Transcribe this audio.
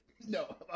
No